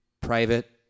private